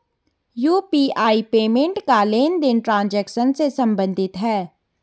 UPI payment का लेनदेन transaction से सम्बंधित है